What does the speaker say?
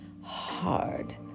hard